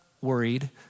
worried